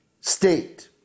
state